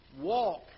walk